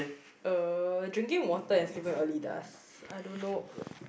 uh drinking water and sleeping early does I don't know